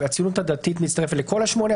הציונות הדתית מצטרפת לכל השמונה,